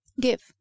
Give